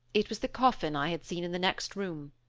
it was the coffin i had seen in the next room.